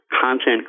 content